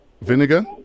Vinegar